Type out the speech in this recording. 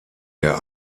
der